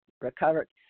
recovered